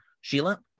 Sheila